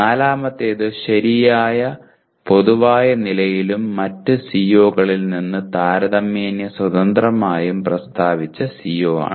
നാലാമത്തേത് ശരിയായ പൊതുവായ നിലയിലും മറ്റ് CO കളിൽ നിന്ന് താരതമ്യേന സ്വതന്ത്രമായും പ്രസ്താവിച്ച CO ആണ്